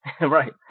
Right